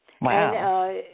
Wow